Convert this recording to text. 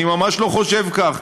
אני ממש לא חושב כך.